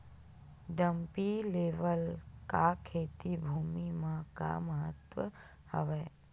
Dumpy level का खेती भुमि म का महत्व हावे?